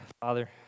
Father